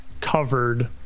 covered